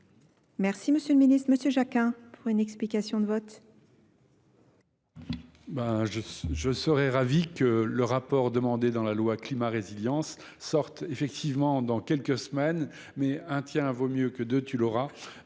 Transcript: Merci M. le ministre, M. Jacquin, pour une explication Je serais ravie que le rapport demandé dans la loi climat résilience sorte effectivement dans quelques semaines, mais un tiens vaut à vaut mieux que deux tu l'auras,